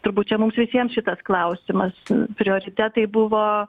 turbūt čia mums visiems šitas klausimas prioritetai buvo